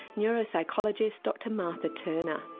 neuropsychologist, dr martha turner.